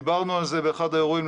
דיברנו על זה באחד האירועים,